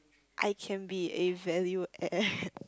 I can be a value add